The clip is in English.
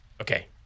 Okay